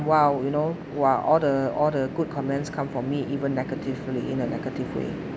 !wow! you know !wah! all the all the good comments come for me even negatively in a negative way